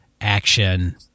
action